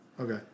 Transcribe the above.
Okay